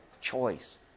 Choice